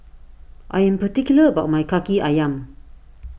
I am particular about my Kaki Ayam